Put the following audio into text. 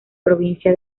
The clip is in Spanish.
provincia